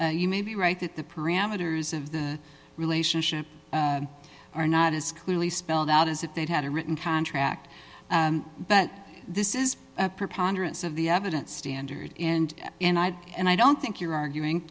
you may be right that the parameters of the relationship are not as clearly spelled out as if they'd had a written contract but this is a preponderance of the evidence standard and and i don't think you're arguing